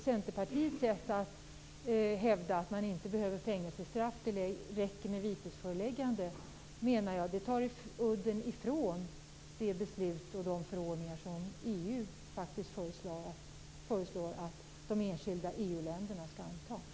Centerpartiets sätt att hävda att man inte behöver fängelsestraff, utan att det räcker med vitesföreläggande, menar jag tar udden av det beslut som EU faktiskt föreslagit att de enskilda EU-länderna skall fatta.